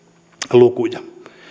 lukuja